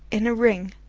in a ring,